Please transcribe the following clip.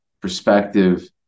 perspective